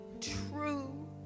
true